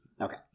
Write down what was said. Okay